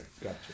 Gotcha